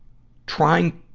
trying